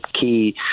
key